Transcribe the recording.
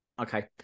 Okay